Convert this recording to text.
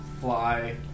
fly